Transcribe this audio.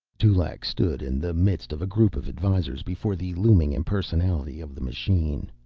dulaq stood in the midst of a group of advisors before the looming impersonality of the machine.